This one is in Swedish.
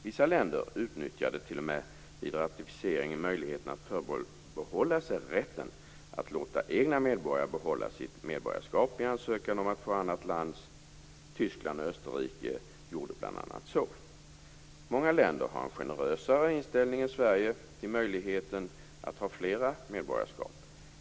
Vissa länder utnyttjade i samband med ratificeringen möjligheten att förbehålla sig rätten att låta egna medborgare behålla sitt medborgarskap i ansökan om att få bli annat lands medborgare. Bl.a. Tyskland och Österrike gjorde så. Många länder har en generösare inställning än Sverige till möjligheten till att ha flera medborgarskap.